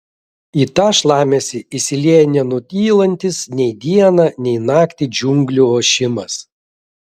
į tą šlamesį įsilieja nenutylantis nei dieną nei naktį džiunglių ošimas